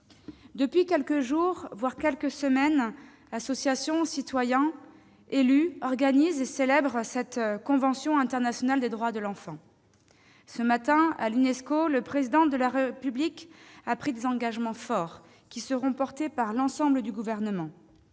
Depuis quelques jours, voire quelques semaines, associations, citoyens, élus organisent et célèbrent la convention internationale des droits de l'enfant. Ce matin, à l'Unesco, le Président de la République a pris des engagements forts, qui seront défendus par l'ensemble du Gouvernement.